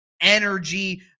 energy